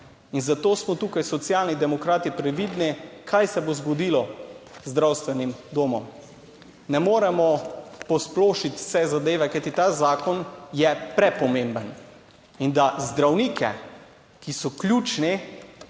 In zato smo tukaj Socialni demokrati previdni, kaj se bo zgodilo z zdravstvenim domom. Ne moremo posplošiti vse zadeve, kajti ta zakon je prepomemben. In da zdravnike, ki so ključni,